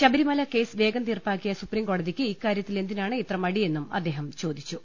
Sabarimala case വേഗം തീർപ്പാക്കിയ സുപ്രീംകോടതിയ്ക്ക് ഇക്കാര്യത്തിൽ എന്തിനാണ് ഇത്ര മടിയെന്നും അദ്ദേഹം ചോദിച്ചു